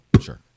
Sure